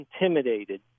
intimidated